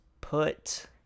put